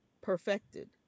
perfected